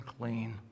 clean